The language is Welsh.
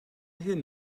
hyn